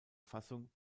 fassung